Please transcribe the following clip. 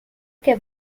que